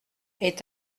est